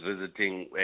visiting